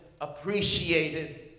appreciated